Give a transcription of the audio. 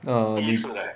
um